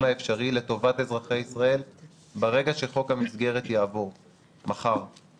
האפשרי לטובת אזרחי ישראל ברגע שחוק המסגרת יעבור מחר בכנסת.